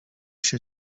się